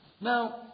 Now